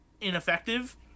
ineffective